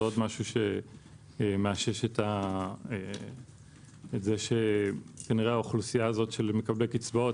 זה עוד דבר שמאשש את זה שהאוכלוסייה של מקבלי קצבאות,